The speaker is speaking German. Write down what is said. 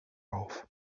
auf